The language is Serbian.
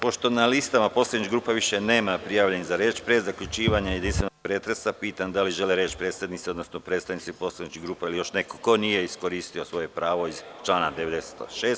Pošto na listama poslaničkih grupa više nema prijavljenih za reč, pre zaključivanja jedinstvenog pretresa pitam da li žele reč predstavnici, odnosno predsednici poslaničkih grupa ili još neko ko nije iskoristio svoje pravo iz člana 96.